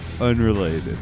Unrelated